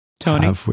Tony